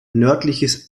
nördliches